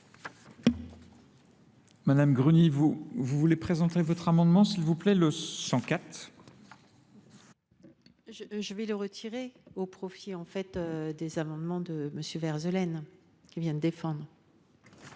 Madame Gruny, vous voulez présenter votre amendement, s'il vous plaît, le 104 ? Je vais le retirer au profit des amendements de M. Verzelen, qui vient de défendre.